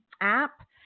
app